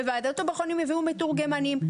בוועדת הבוחנים הביאו מתורגמנים,